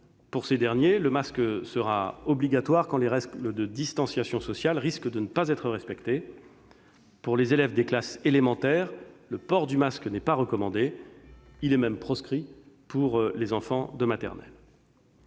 Pour ces derniers, le masque sera obligatoire quand les règles de distanciation sociale risquent de ne pas être respectées. Pour les élèves des classes élémentaires, le port du masque n'est pas recommandé ; il est même proscrit pour les enfants de maternelle.